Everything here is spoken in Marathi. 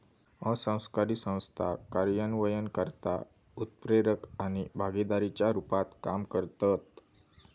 असरकारी संस्था कार्यान्वयनकर्ता, उत्प्रेरक आणि भागीदाराच्या रुपात काम करतत